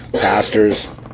pastors